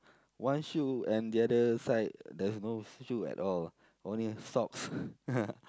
one shoe and the other side there's no shoe at all only socks